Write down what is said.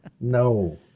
no